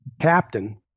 captain